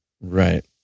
Right